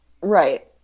Right